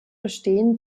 bestehen